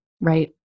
right